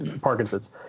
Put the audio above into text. Parkinson's